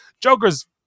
Joker's